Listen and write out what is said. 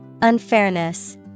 Unfairness